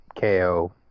KO